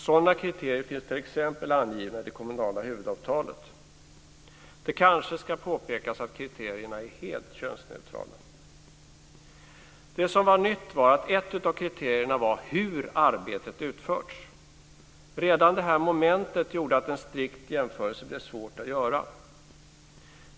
Sådana kriterier finns t.ex. angivna i det kommunala huvudavtalet. Det kanske ska påpekas att kriterierna är helt könsneutrala. Det som var nytt var att ett av kriterierna var hur arbetet utförts. Redan det momentet gjorde att en strikt jämförelse blev svår att göra.